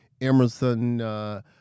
Emerson